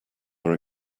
are